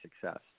success